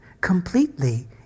completely